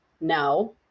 no